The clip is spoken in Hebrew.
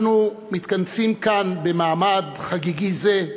אנחנו מתכנסים כאן במעמד חגיגי זה,